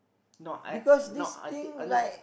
not I not I did a not